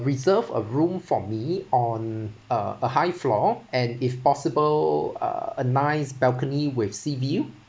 reserve a room for me on uh a high floor and if possible uh a nice balcony with sea view